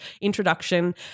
introduction